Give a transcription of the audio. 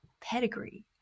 pedigree